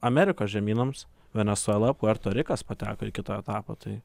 amerikos žemynams venesuela puerto rikas pateko į kitą etapą tai